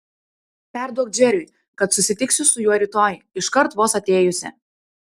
perduok džeriui kad susitiksiu su juo rytoj iškart vos atėjusi